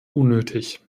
unnötig